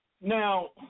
Now